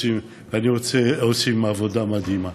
והם עושים עבודה מדהימה.